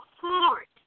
heart